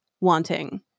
wanting